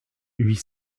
huit